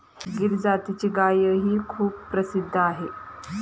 गीर जातीची गायही खूप प्रसिद्ध आहे